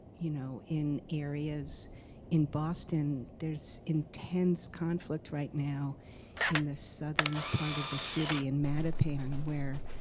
you know in areas in boston there's intense conflict right now in the southern part of the city in mattapan where